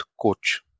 coach